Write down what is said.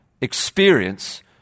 experience